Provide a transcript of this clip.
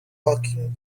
walking